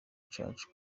cyacu